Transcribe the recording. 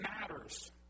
matters